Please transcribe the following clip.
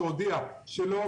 שהודיעה שלא,